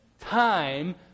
time